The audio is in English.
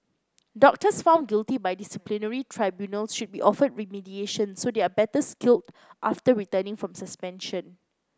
doctors found guilty by disciplinary tribunals should be offered remediation so they are better skilled after returning from suspension